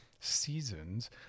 seasons